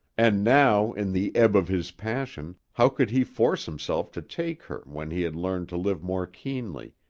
and now, in the ebb of his passion, how could he force himself to take her when he had learned to live more keenly,